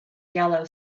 yellow